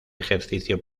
ejercicio